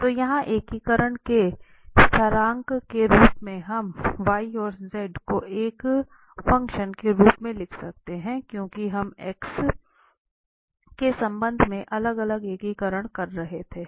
तो यहां एकीकरण के स्थिरांक के रूप में हम y और z को एक फ़ंक्शन के रूप में लिख सकते हैं क्योंकि हम x के संबंध में अलग अलग एकीकरण कर रहे थे